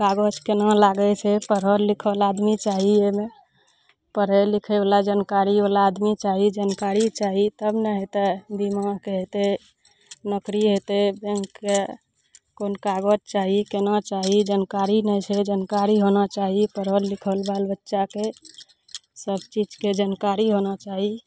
कागज केना लागय छै पढ़ल लिखल आदमी चाही अइमे पढ़य लिखयवला जानकारीवला आदमी चाही जानकारी चाही तब ने हेतय बीमाके हेतय नौकरी हेतय बैंकके कोन कागज चाही केना चाही जानकारी नहि छै जानकारी होना चाही पढ़ल लिखल बाल बच्चाके सबचीजके जानकारी होना चाही